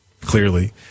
clearly